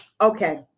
Okay